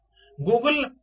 ವಿದ್ಯಾರ್ಥಿ ಸಮಯ ನೋಡಿ 4946